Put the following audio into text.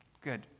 Good